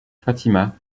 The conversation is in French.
fatima